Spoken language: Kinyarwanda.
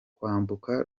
kwambuka